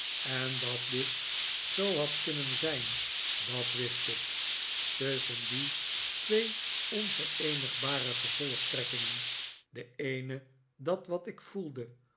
en dat dit zoo had kunnen zijn dat wist ik tusschen die twee onvereenigbare gevolgtrekkingen de eene dat wat ik voelde